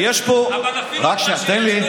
יש פה, רק שנייה, תן לי.